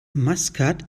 maskat